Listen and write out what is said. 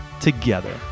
together